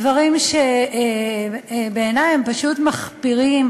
דברים שבעיני הם פשוט מחפירים,